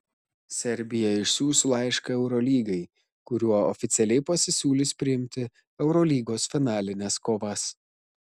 serbija išsiųs laišką eurolygai kuriuo oficialiai pasisiūlys priimti eurolygos finalines kovas